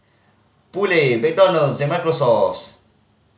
Poulet McDonald's and Microsoft